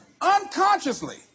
Unconsciously